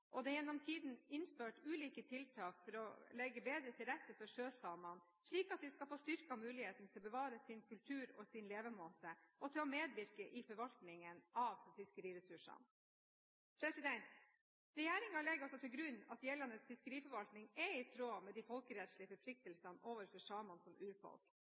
og det er gjennom tidene innført ulike tiltak for å legge bedre til rette for sjøsamene, slik at de skal få styrket mulighetene til å bevare sin kultur og sin levemåte og til å medvirke i forvaltningen av fiskeriressursene. Regjeringen legger altså til grunn at gjeldende fiskeriforvaltning er i tråd med de folkerettslige forpliktelsene overfor samene som